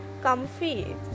comfy